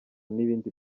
n’ibindi